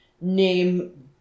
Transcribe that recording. name